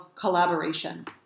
collaboration